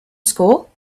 school